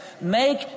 Make